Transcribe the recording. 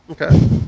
Okay